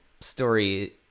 story